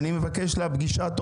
אני מבקש שלפגישה עם דוד,